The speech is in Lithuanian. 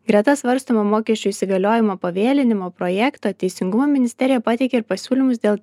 greta svarstomo mokesčio įsigaliojimo pavėlinimo projekto teisingumo ministerija pateikė ir pasiūlymus dėl